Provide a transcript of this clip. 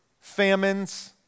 famines